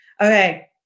Okay